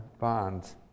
bonds